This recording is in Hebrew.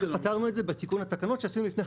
איך פתרנו את זה בתיקון התקנות שעשינו לפני חצי שנה.